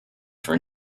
for